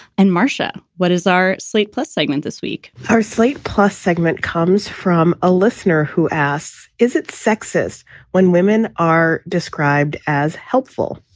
and marcia, what is our slate plus segment this week? her slate plus segment comes from a listener who asks, is it sexist when women are described as helpful?